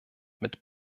mit